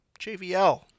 JVL